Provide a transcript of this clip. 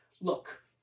look